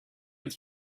with